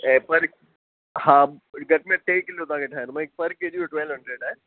ऐं पर हा घट में घटि टे किलो तव्हांखे ठहाराइणो हिकु पर के जी जो ट्वेलव हंड्रेड आहे